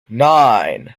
nine